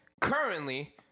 Currently